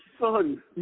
son